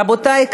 רבותי,